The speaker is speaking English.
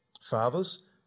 Fathers